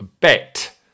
bet